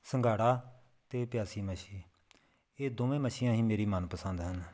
ਸੰਘਾੜਾ ਅਤੇ ਪਿਆਸੀ ਮੱਛੀ ਇਹ ਦੋਵੇਂ ਮੱਛੀਆਂ ਹੀ ਮੇਰੀ ਮਨ ਪਸੰਦ ਹਨ